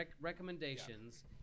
recommendations